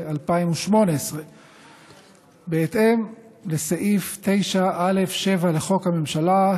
בנובמבר 2018. בהתאם לסעיף 9(א)(7) לחוק הממשלה,